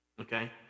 Okay